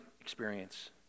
experience